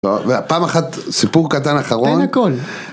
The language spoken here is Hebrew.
פעם אחת, סיפור קטן אחרון. תן הכל.